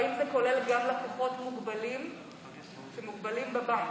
ואם זה כולל גם לקוחות שמוגבלים בבנק.